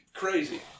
crazy